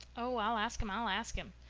oh i'll ask him i'll ask him,